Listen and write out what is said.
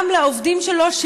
גם לעובדים שלו,